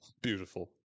beautiful